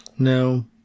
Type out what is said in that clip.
No